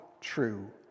true